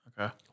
Okay